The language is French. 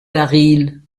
baril